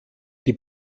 die